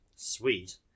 sweet